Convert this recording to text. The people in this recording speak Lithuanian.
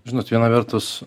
žinot viena vertus